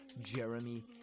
jeremy